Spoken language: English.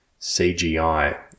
CGI